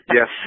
Yes